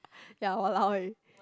ya !walao! eh